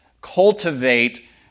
cultivate